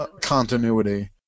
continuity